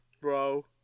bro